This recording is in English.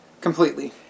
completely